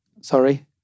sorry